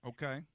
Okay